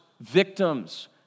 victims